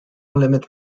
limit